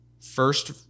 first